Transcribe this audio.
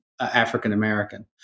African-American